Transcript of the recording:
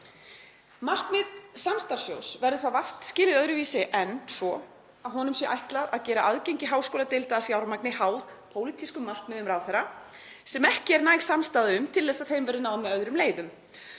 Markmið samstarfssjóðs verður þá vart skilið öðruvísi en svo að honum sé ætlað að gera aðgengi háskóladeilda að fjármagni háð pólitískum markmiðum ráðherra sem ekki er næg samstaða um til að þeim verði náð með öðrum leiðum,